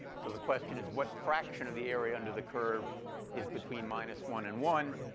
so the question is, what fraction of the area under the curve is between minus one and one?